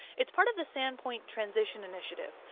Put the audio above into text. it's part of the sandpoint transition initiative.